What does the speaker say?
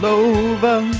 over